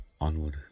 Onward